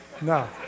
No